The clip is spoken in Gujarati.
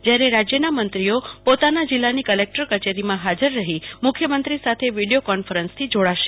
જયારે રાજ્યના મંત્રીઓ પોતાના જિલ્લાની કલેકટર કચેરીમાં હાજર રહી મુખ્યમંત્રી સાથે વિડીયો કોન્ફરન્સથી જોડાશે